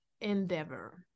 endeavor